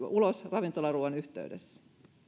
ravintolaruuan yhteydessä